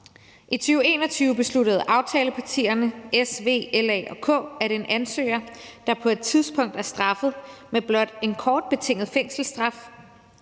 I 2021 besluttede aftalepartierne S, V, LA og K, at en ansøger, der på et tidspunkt er blevet straffet med blot en kort betinget fængselsstraf,